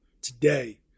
today